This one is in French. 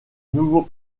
nouveau